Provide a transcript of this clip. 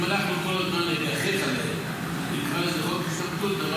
אם אנחנו כל הזמן נגחך עליהם ונקרא לזה "חוק השתמטות",